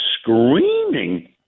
screaming